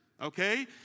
okay